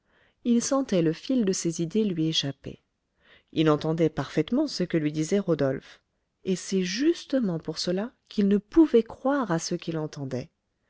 il sentait le fil de ses idées lui échapper il entendait parfaitement ce que lui disait rodolphe et c'est justement pour cela qu'il ne pouvait croire à ce qu'il entendait